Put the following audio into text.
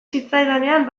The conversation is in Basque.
zitzaidanean